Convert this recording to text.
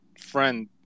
friend